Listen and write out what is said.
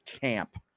Camp